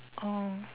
oh